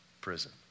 prison